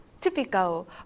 typical